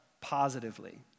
positively